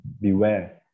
beware